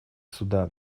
судан